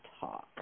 talk